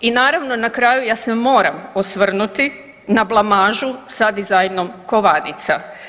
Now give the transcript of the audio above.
I naravno na kraju ja se moram osvrnuti na blamažu sa dizajnom kovanica.